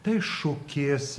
tai šukes